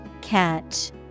Catch